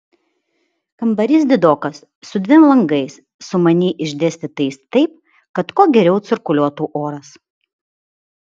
kambarys didokas su dviem langais sumaniai išdėstytais taip kad kuo geriau cirkuliuotų oras